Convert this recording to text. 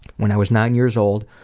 when i was nine years old,